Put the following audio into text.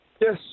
Yes